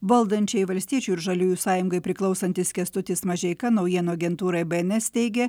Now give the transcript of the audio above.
valdančiajai valstiečių ir žaliųjų sąjungai priklausantis kęstutis mažeika naujienų agentūrai bns teigė